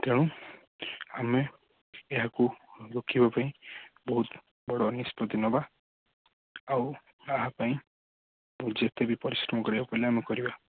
ତେଣୁ ଆମେ ଏହାକୁ ରୋକିବା ପାଇଁ ବହୁତ ବଡ଼ ନିଷ୍ପତି ନେବା ଆଉ ଏହାପାଇଁ ଯେତେ ବି ପରିଶ୍ରମ କରିବାକୁ ପଡ଼ିଲେ ଆମେ କରିବା